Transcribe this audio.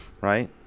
right